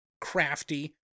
crafty